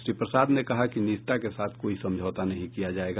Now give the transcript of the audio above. श्री प्रसाद ने कहा कि निजता के साथ कोई समझौता नहीं किया जाएगा